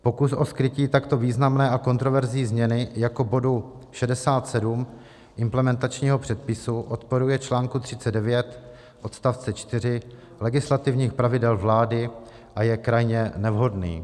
Pokus o skrytí takto významné a kontroverzní změny jako bodu 67 implementačního předpisu odporuje článku 39 odst. 4 legislativních pravidel vlády a je krajně nevhodný.